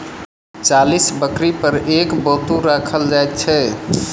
चालीस बकरी पर एक बत्तू राखल जाइत छै